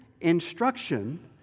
instruction